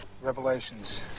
Revelations